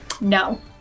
No